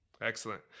Excellent